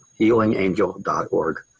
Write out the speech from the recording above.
healingangel.org